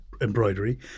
embroidery